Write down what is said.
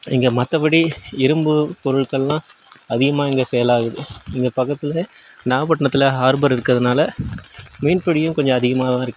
இங்கே மற்றபடி இரும்பு பொருட்கள்லாம் அதிகமாக இங்கே சேல் ஆகுது இங்கே பக்கத்துலருந்தே நாகப்பட்னத்தில் ஹார்பர் இருக்கிறதுனால மீன் பிடியும் கொஞ்சம் அதிகமாக தான் தான் இருக்கு